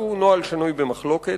שהוא נוהל שנוי במחלוקת.